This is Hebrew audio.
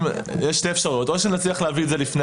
יש שתי אפשרויות או שנצליח להביא את זה לפני